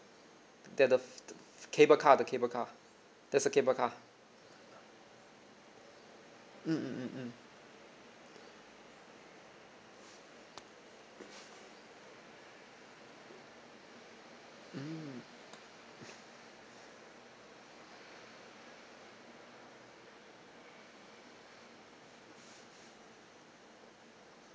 that the the cable car the cable car there's a cable car mm mm mm mm mm